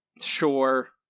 Sure